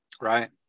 Right